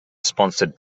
sponsored